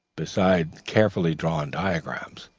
beside carefully drawn diagrams.